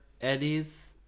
eddies